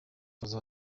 fazzo